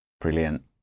brilliant